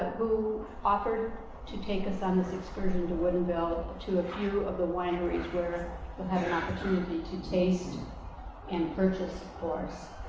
who offered to take us on this excursion to woodinville to a few of the wineries where opportunity to taste and purchase for us.